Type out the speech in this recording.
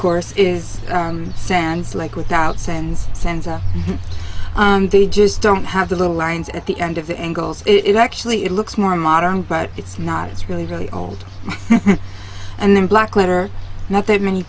course is sounds like without sends sends up they just don't have the little lines at the end of the angles it is actually it looks more modern but it's not it's really really old and then black letter not that many